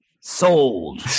Sold